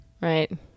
Right